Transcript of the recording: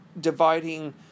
dividing